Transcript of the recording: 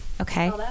Okay